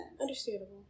Understandable